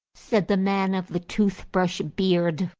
said the man of the tooth-brush beard.